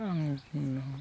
आं बुंला नामा